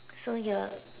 so you are